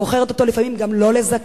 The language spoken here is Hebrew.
מוכרת אותו לפעמים גם ללא-לזכאים.